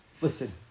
listen